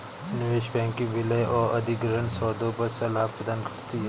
निवेश बैंकिंग विलय और अधिग्रहण सौदों पर सलाह प्रदान करती है